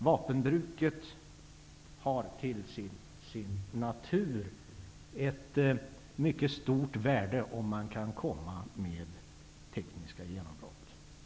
Vapenbruket är till sin natur sådant att det har ett mycket stort värde om man kan göra tekniska genombrott.